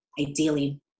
ideally